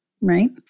right